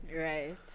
Right